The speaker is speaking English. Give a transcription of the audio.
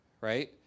right